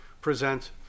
present